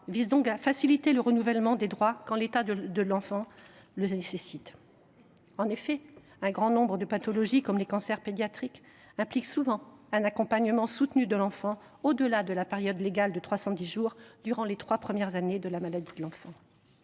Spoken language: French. vise à faciliter le renouvellement des droits quand l’état de santé de l’enfant le nécessite. En effet, un grand nombre de pathologies, comme les cancers pédiatriques, impliquent un accompagnement soutenu de l’enfant au delà de la période légale de 310 jours durant les trois premières années de la maladie de l’enfant.